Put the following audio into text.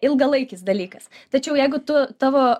ilgalaikis dalykas tačiau jeigu tu tavo